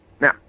Now